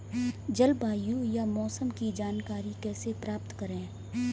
जलवायु या मौसम की जानकारी कैसे प्राप्त करें?